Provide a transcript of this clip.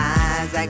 eyes